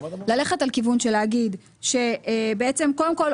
ללכת על כיוון של להגיד קודם כל,